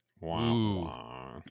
Wow